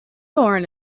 born